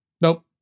nope